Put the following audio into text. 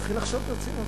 התחיל לחשוב ברצינות.